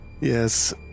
Yes